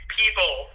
people